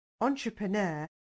entrepreneur